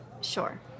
Sure